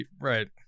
right